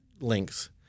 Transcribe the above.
links